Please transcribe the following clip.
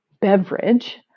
beverage